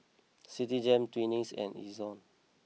Citigem Twinings and Ezion